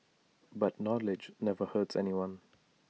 but knowledge never hurts anyone